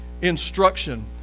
instruction